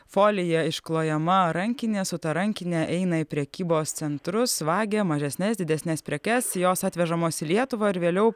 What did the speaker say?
folija išklojama rankinė su ta rankine eina į prekybos centrus vagia mažesnes didesnes prekes jos atvežamos į lietuvą ir vėliau